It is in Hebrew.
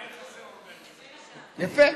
יפה,